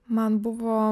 man buvo